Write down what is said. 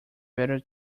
better